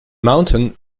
mountain